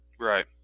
Right